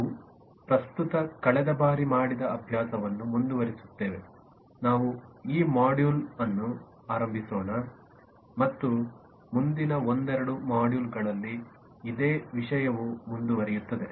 ನಾವು ಪ್ರಸ್ತುತ ಕಳೆದ ಬಾರಿ ಮಾಡಿದ ಅಭ್ಯಾಸವನ್ನು ಮುಂದುವರಿಸುತ್ತೇವೆ ನಾವು ಈ ಮಾಡ್ಯೂಲ್ ಅನ್ನು ಆರಂಭಿಸೋಣ ಮತ್ತು ಮುಂದಿನ ಒಂದೆರಡು ಮಾಡ್ಯೂಲ್ಗಳಲ್ಲಿ ಇದೇ ವಿಷಯವು ಮುಂದುವರಿಯುತ್ತೇವೆ